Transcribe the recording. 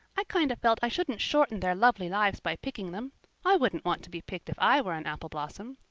i kind of felt i shouldn't shorten their lovely lives by picking them i wouldn't want to be picked if i were an apple blossom.